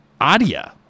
Adia